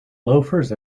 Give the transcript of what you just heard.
loafers